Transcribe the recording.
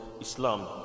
Islam